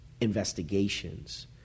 investigations